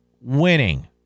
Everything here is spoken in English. winning